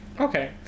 Okay